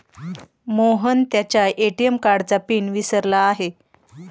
मोहन त्याच्या ए.टी.एम कार्डचा पिन विसरला आहे